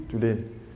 today